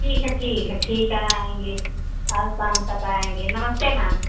ठीक है ठीक है ठीक है आएंगे आज साम तक आएंगे नमस्ते मैम